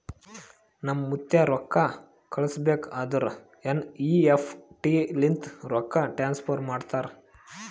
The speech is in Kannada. ನಮ್ ಮುತ್ತ್ಯಾ ರೊಕ್ಕಾ ಕಳುಸ್ಬೇಕ್ ಅಂದುರ್ ಎನ್.ಈ.ಎಫ್.ಟಿ ಲಿಂತೆ ರೊಕ್ಕಾ ಟ್ರಾನ್ಸಫರ್ ಮಾಡ್ತಾರ್